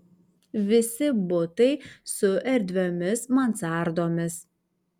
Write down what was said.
visi butai su erdviomis mansardomis